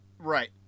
Right